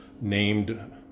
named